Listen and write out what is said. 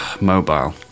mobile